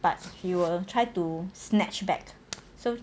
but she will try to snatch back so